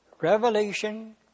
Revelation